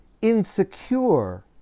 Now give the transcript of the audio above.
insecure